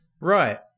Right